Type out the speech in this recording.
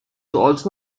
also